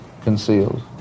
concealed